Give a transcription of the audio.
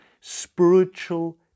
spiritual